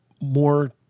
more